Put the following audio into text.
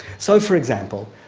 so for example,